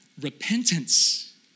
Repentance